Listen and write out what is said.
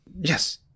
Yes